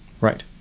right